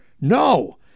No